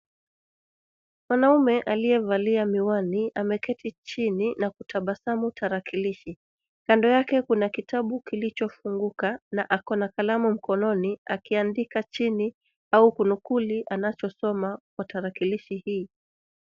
Mwanamme aliye valia miwani ameketi chini na kutabasamu tarakilishi. Ka'do yake kuna kitabu kilicho funguka na ako na kalamu mkononi akiandika chini au kuu anachosoma kwa tarakilishi hii.